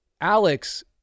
Alex